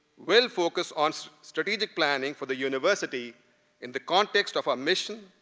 will focus on so strategic planning for the university in the context of our mission,